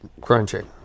crunching